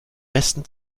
besten